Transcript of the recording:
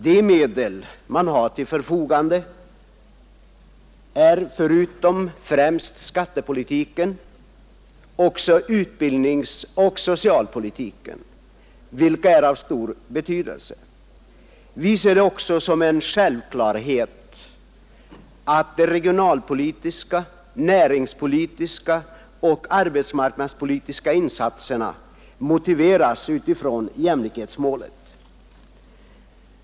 De medel man har till förfogande är förutom skattepolitiken också utbildningsoch socialpolitiken, vilka är av stor betydelse. Vi ser det också som en jämlikhet att de regionalpolitiska, näringspolitiska och arbetsmarknadspolitiska insatserna motiveras utifrån jämlik hetsmålet.